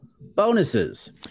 bonuses